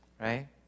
Right